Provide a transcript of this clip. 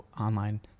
online